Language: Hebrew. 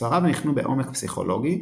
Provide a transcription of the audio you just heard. ספריו ניחנו בעומק פסיכולוגי,